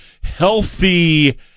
healthy